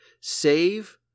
save